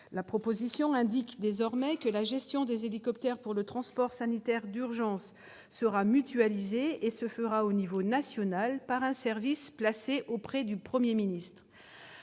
prévoit désormais que la gestion des hélicoptères pour le transport sanitaire d'urgence sera mutualisée et sera réalisée à l'échelon national, par un service placé auprès du Premier ministre.